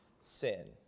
sin